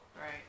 Right